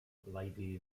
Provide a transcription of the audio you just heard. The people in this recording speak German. lady